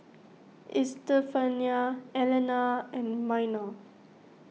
Estefania Elena and Minor